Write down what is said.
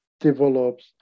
develops